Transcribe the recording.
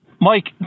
Mike